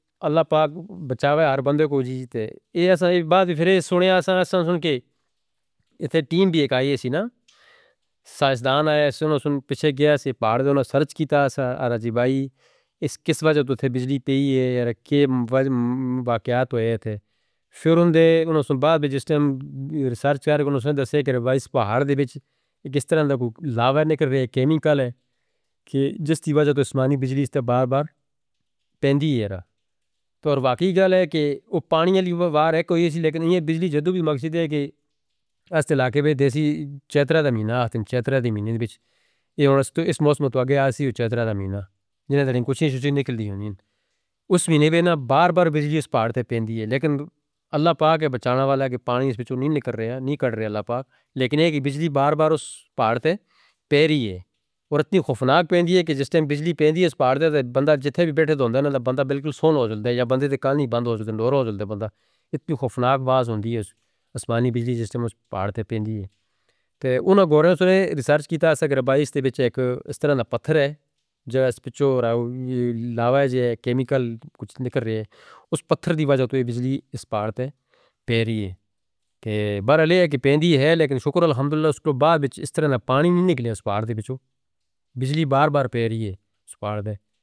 اللہ پاک بچاوے ہر بندے کو جیجے تے۔ یہ ہم نے بات بھی سنیا تھا، سن سن کے۔ یہاں ٹیم بھی ایک آئی ہے تھی نا۔ سائنسدان آئے سنوں سن پیچھے گیا تھے۔ پہاڑوں نے سرچ کیتا تھا راج بائی۔ اس وجہ تو تھے بجلی پئی ہے۔ کیا واقعات ہوئے تھے۔ پھر انہوں نے سن بعد بھی جس ٹیم ریسرچ کرے انہوں نے سنیں درسے کہ پہاڑ دی بچ ایک اس طرح دا لاؤ ہے یا کیمیکل ہے۔ کہ جس دی وجہ تو اسمانی بجلی اس پہاڑ تے پین دی ہے۔ تو اور واقعی گل ہے کہ وہ پانی علیوا وار ہے کوئی ایسی لیکن یہ بجلی جدوں بھی مقصد ہے کہ اس علاقے میں دیسی چیترا دا مینا ہے۔ اس مینے میں چیترا دا مینا ہے۔ جنہاں درنگ کچھیں شوشیں نکل دی ہوندی ہیں۔ اس مینے میں بار بار بجلی اس پہاڑ تے پین دی ہے۔ لیکن اللہ پاک ہے بچانا والا کہ پانی اس بچو نہیں نکل رہے ہیں۔ لیکن یہ بجلی بار بار اس پہاڑ تے پین رہی ہے۔ اور اتنی خوفناک پین دی ہے کہ جس ٹیم بجلی پین دی ہے اس پہاڑ تے بندہ جتھے بھی بیٹھے ہوندا نا بندہ بالکل سو نہ ہو جاتا ہے یا بندے دے کان نہیں بند ہو جاتے ہیں۔ اتنی خوفناک باز ہوندی ہے اس اسمانی بجلی جس ٹیم اس پہاڑ تے پین دی ہے۔ انہوں نے گورے نے ریسرچ کیتا ہے کہ رباہیستے بچہ ایک اس طرح دا پتھر ہے۔ جو اس بچو لاؤ ہے یا کیمیکل کچھ نکل رہے ہیں۔ اس پتھر دی وجہ تو یہ بجلی اس پہاڑ تے پین رہی ہے۔ برحال ہے کہ پین دی ہے لیکن شکر الحمدللہ اس تو بعد اس طرح دا پانی نہیں نکلے اس پہاڑ تے بچو۔ بجلی بار بار پین رہی ہے اس پہاڑ تے.